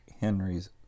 Henry's